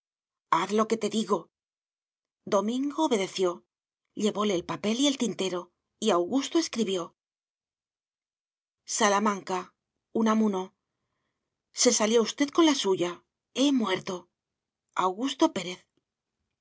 haz lo que te digo domingo obedeció llevóle el papel y el tintero y augusto escribió salamanca unamuno se salió usted con la suya he muerto augusto pérez